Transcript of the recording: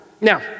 Now